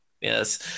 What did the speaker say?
Yes